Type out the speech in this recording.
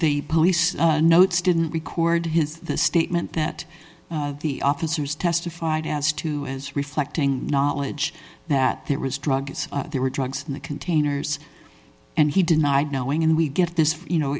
they police notes didn't record his the statement that the officers testified as to as reflecting knowledge that there was drugs there were drugs in the containers and he denied knowing and we get this for you know